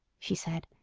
she said,